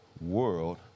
world